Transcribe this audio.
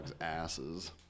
asses